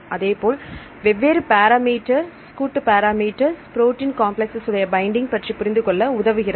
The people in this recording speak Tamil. அதேபோல் வெவ்வேறு பேராமீட்டர் கூட்டு பேராமீட்டர் புரோட்டீன் காம்ப்ளக்ஸ் உடைய பைண்டிங் பற்றி புரிந்துகொள்ள உதவுகிறது